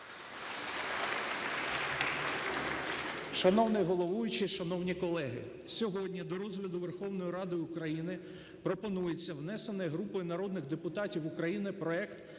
Шановний головуючий, шановні колеги, сьогодні до розгляду Верховною Радою України пропонується, внесений групою народних депутатів України, проект